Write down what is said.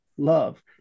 love